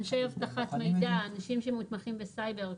אנשי אבטחת מידע, אנשים שמתמחים בסייבר.